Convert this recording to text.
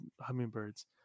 hummingbirds